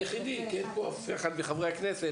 מצביע יחידי כי אין פה אף אחד מחברי הכנסת.